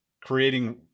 creating